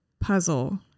puzzle